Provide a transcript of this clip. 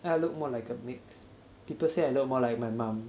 yeah I look more like a mix people say I look more like my mum